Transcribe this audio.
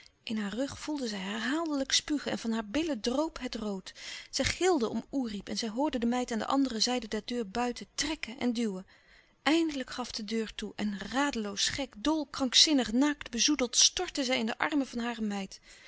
in haar rug voelde zij herhaaldelijk spugen en van haar billen droop het rood zij gilde om oerip en zij hoorde de meid aan de andere zijde der deur buiten trekken en duwen eindelijk gaf de deur toe en radeloos gek dol krankzinnig naakt bezoedeld stortte zij in de armen van hare meid